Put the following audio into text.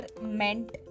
meant